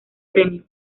premio